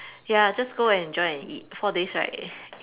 ya just go and enjoy and eat four days right